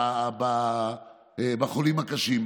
בחולים הקשים,